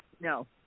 No